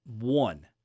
one